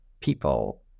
people